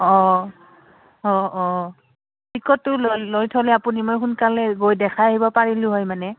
অঁ অঁ অঁ টিকটটো লৈ লৈ থ'লে আপুনি মই সোনকালে গৈ দেখাই আহিব পাৰিলোঁ হয় মানে